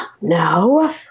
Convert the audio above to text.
No